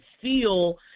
feel